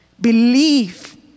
Believe